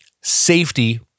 safety